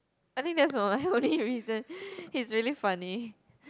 I think that's my only reason he's really funny